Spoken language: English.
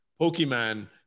Pokemon